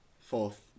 fourth